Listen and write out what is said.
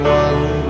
one